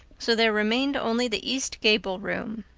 so there remained only the east gable room.